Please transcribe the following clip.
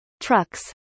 trucks